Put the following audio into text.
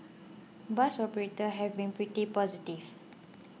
bus operators have been pretty positive